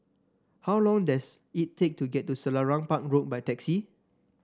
how long does it take to get to Selarang Park Road by taxi